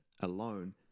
alone